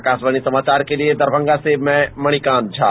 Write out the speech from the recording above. आकाशवाणी समाचार के लिये दरभंगा से मणिकांत झा